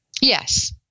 Yes